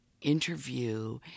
interview